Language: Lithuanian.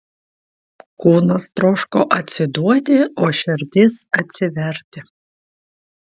kūnas troško atsiduoti o širdis atsiverti